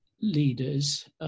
leaders